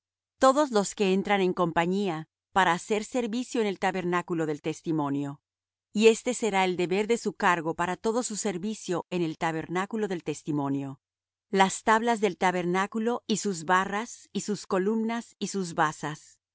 todos los que entran en compañía para hacer servicio en el tabernáculo del testimonio y este será el deber de su cargo para todo su servicio en el tabernáculo del testimonio las tablas del tabernáculo y sus barras y sus columnas y sus basas